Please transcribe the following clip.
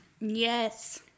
Yes